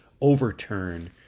overturn